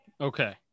okay